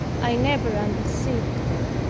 i never undeceived them.